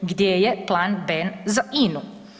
Gdje je plan B za INU?